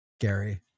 Gary